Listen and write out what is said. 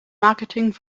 marketing